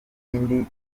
indi